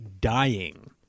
dying